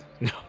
no